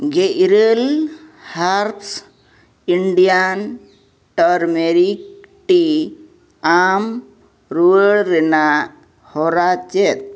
ᱜᱮᱞ ᱤᱨᱟᱹᱞ ᱟᱢ ᱨᱩᱣᱟᱹᱲ ᱨᱮᱱᱟᱜ ᱦᱚᱨᱟ ᱪᱮᱫ